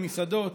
מסעדות.